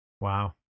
Wow